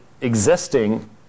existing